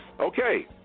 Okay